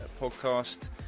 podcast